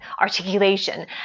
articulation